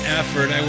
effort